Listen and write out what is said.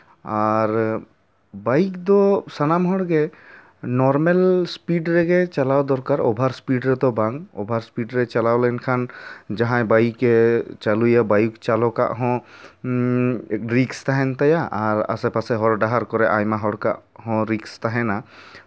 ᱟᱨ bike ᱫᱚ ᱥᱟᱱᱟᱢ ᱦᱚᱲᱜᱮ ᱱᱚᱨᱢᱮᱞ ᱥᱯᱤᱰ ᱨᱮᱜᱮ ᱪᱟᱞᱟᱣ ᱫᱚᱨᱠᱟᱨ ᱚᱵᱷᱟᱨ ᱤᱥᱯᱤᱰ ᱨᱮᱫᱚ ᱵᱟᱝ ᱚᱵᱷᱟᱨ ᱤᱥᱯᱤᱰ ᱨᱮ ᱪᱟᱞᱟᱣ ᱞᱮᱱᱠᱷᱟᱱ ᱡᱟᱦᱟᱸᱭ ᱵᱟᱭᱤᱠᱮ ᱪᱟᱹᱞᱩᱭᱟ ᱵᱟᱭᱤᱠ ᱪᱟᱞᱚᱠ ᱟᱜ ᱦᱚᱸ ᱨᱤᱠᱥ ᱛᱟᱦᱮᱱ ᱛᱟᱭᱟ ᱟᱨ ᱟᱥᱮ ᱯᱟᱥᱮ ᱦᱚᱨ ᱰᱟᱦᱟᱨ ᱠᱚᱨᱮ ᱟᱭᱢᱟ ᱦᱚᱲ ᱠᱚᱣᱟᱜ ᱦᱚᱸ ᱨᱤᱠᱥ ᱛᱟᱦᱮᱸᱱᱟ